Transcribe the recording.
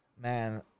man